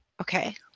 Okay